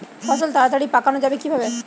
ফসল তাড়াতাড়ি পাকানো যাবে কিভাবে?